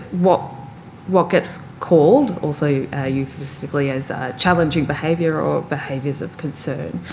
what what gets called also euphemistically as challenging behaviour or behaviours of concern.